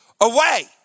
away